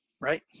right